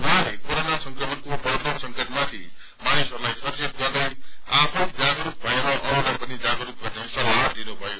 उहाँले कोरोना संक्रमणको बढ़दो संकटमाथि मानिसहरूलाई यचंत गर्दै आफै जागरूक भएर अरूलाई पनि जागरूक गर्ने सल्लाह दिनुभयो